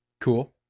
Cool